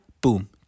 boom